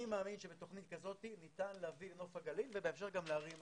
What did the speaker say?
אני מאמין שבתוכנית כזאת ניתן להביא לנוף הגליל ובהמשך גם לערים אחרות.